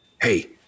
hey